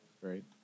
Great